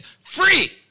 free